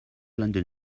london